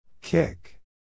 Kick